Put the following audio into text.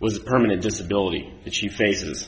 was permanent disability that she faces